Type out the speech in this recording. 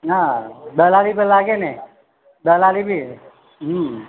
ના દલાલી તો લાગે ને દલાલી ભી હમ્મ